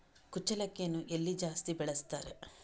ಕುಚ್ಚಲಕ್ಕಿಯನ್ನು ಎಲ್ಲಿ ಜಾಸ್ತಿ ಬೆಳೆಸ್ತಾರೆ?